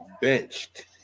benched